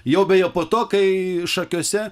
jau beje po to kai šakiuose